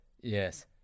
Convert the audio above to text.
Yes